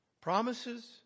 promises